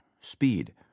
Speed